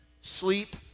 sleep